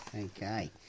Okay